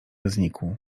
znikł